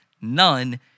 None